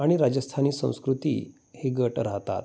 आणि राजस्थानी संस्कृती हे गट राहतात